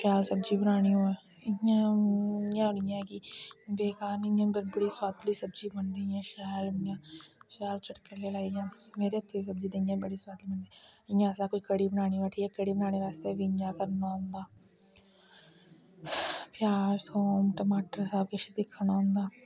शैल सब्जी बनानी होऐ इ'यां इ'यां निं ऐ कि बेकार निं इ'यां गड़बड़ी सुआदली सब्जी बनदी इ'यां शैल इ'यां शैल चटकली इ'यां मेरे हत्थे दी सब्जी ते इ'यां बी बड़ी सोआदली होंदी इ'यां असें कोई कढ़ी बनानी होऐ ठीक ऐ कढ़ी बनाने आस्तै बी इ'यां गै करना होंदा प्याज़ थोम टमाटर सब किश दिक्खना होंदा